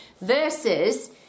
Versus